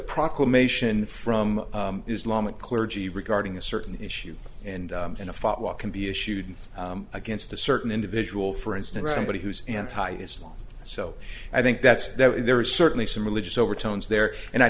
proclamation from islamic clergy regarding a certain issue and in a fatwa can be issued against a certain individual for instance somebody who's anti islam so i think that's that there is certainly some religious overtones there and i